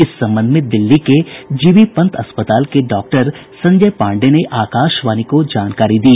इस संबंध में दिल्ली के जी बी पंत अस्पताल के डॉक्टर संजय पांडे ने आकाशवाणी को जानकारी दी